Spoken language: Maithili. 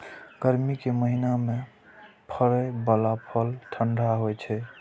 गर्मी के महीना मे फड़ै बला फल ठंढा होइ छै